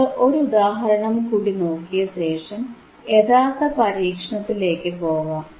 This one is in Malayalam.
നമുക്ക് ഒരു ഉദാഹരണംകൂടി നോക്കിയ ശേഷം യഥാർഥ പരീക്ഷണത്തിലേക്കു പോകാം